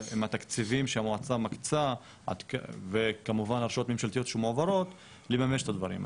מהתקציבים שהמועצה מקצה וכמובן הראות ממשלתיות מועברות לממש את הדברים.